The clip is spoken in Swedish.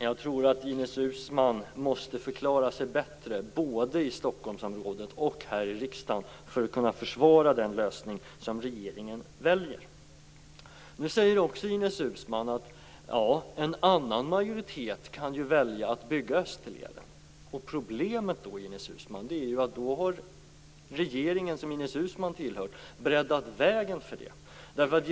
Jag tror att Ines Uusmann måste förklara sig bättre både i Stockholmsområdet och här i riksdagen för att kunna försvara den lösning som regeringen väljer. Nu säger Ines Uusmann att en annan majoritet kan välja att bygga Österleden. Problemet är då att den regering som Ines Uusmann tillhör breddat vägen för det.